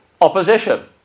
opposition